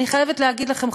אני חייבת להגיד לכם,